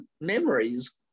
memories